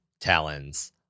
talons